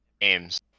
games